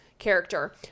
Character